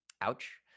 Ouch